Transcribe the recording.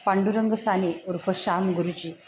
पांडुरंग साने उर्फ शाम गुरुजी